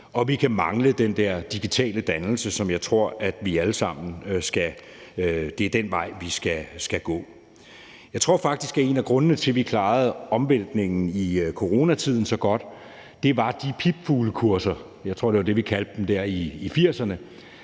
og vi kan mangle den der digitale dannelse, som jeg tror er den vej, vi skal gå. Jeg tror faktisk, at en af grundene til, at vi klarede omvæltningen i coronatiden så godt, var de pipfuglekurser – jeg tror, det var det, vi kaldte dem i 1980'erne